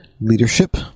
leadership